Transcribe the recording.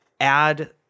add